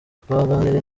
twaganiriye